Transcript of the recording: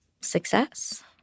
success